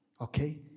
Okay